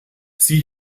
sie